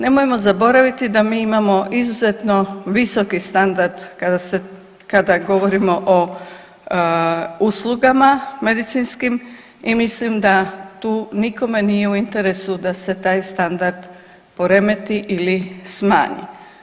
Nemojmo zaboraviti da mi imamo izuzetno visoki standard kada govorimo o uslugama medicinskim i mislim da tu nikome nije u interesu da se taj standard poremeti ili smanji.